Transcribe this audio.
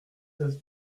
seize